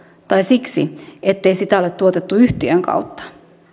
tai siksi ettei sitä ole tuotettu yhtiön kautta